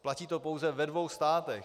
Platí to pouze ve dvou státech.